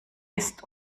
ist